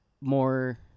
more